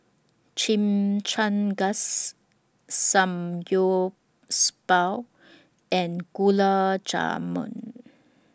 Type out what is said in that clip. Chimichangas and Gulab Jamun